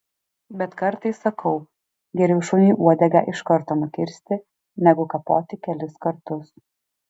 bet kartais sakau geriau šuniui uodegą iš karto nukirsti negu kapoti kelis kartus